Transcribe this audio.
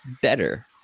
better